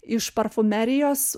iš parfumerijos